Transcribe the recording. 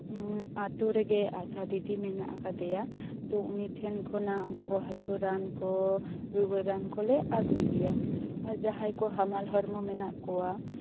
ᱦᱮᱸ ᱟᱛᱳ ᱨᱮᱜᱮ ᱟᱥᱟ ᱫᱤᱫᱤ ᱢᱮᱱᱟᱜ ᱠᱟᱫᱮᱭᱟ ᱛᱚ ᱩᱱᱤ ᱴᱷᱮᱱ ᱠᱷᱚᱱᱟᱜ ᱵᱚᱦᱚᱜ ᱨᱟᱱ ᱠᱚ ᱨᱩᱣᱟᱹ ᱨᱟᱱ ᱠᱚᱞᱮ ᱟᱜᱩᱭ ᱜᱮᱭᱟ ᱟᱨ ᱡᱟᱦᱟᱸᱭ ᱠᱚ ᱦᱟᱢᱟᱞ ᱦᱚᱲᱢᱚ ᱢᱮᱱᱟᱜ ᱠᱚᱣᱟ